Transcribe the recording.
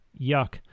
yuck